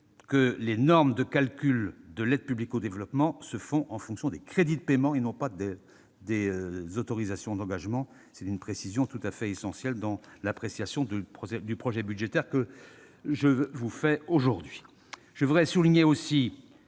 que les normes de calcul de l'aide publique au développement se font en fonction des crédits de paiement, et non pas des autorisations d'engagement- c'est une précision tout à fait essentielle dans l'appréciation du projet budgétaire que je vous présente aujourd'hui. Je souhaite également